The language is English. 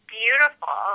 beautiful